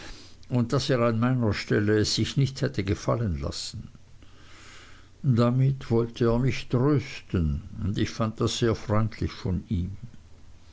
und daß er an meiner stelle es sich nicht hätte gefallen lassen damit wollte er mich trösten und ich fand das sehr freundlich von ihm